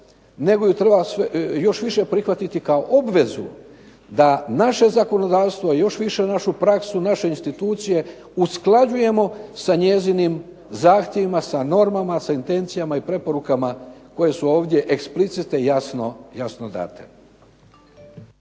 nego ju treba još više prihvatiti kao obvezu da naše zakonodavstvo, a još više našu praksu, naše institucije usklađujemo sa njezinim zahtjevima, sa normama, sa intencijama i preporukama koje su ovdje explicite jasno date.